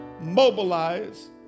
Mobilize